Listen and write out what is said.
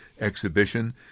Exhibition